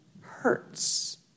hurts